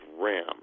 Ram